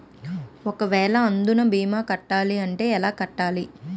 ఒక వేల అందునా భీమా కట్టాలి అంటే ఎలా కట్టాలి?